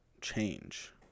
change